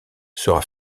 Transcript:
sera